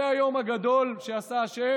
זה היום הגדול שעשה ה',